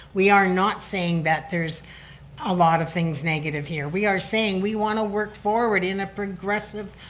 we are not saying that there's a lot of things negative here, we are saying we want to work forward in a progressive,